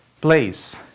place